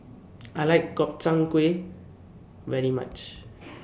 I like Gobchang Gui very much